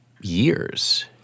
years